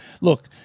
look